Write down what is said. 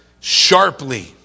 sharply